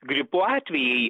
gripo atvejai